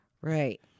Right